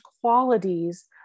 qualities